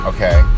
Okay